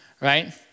right